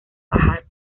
pájaros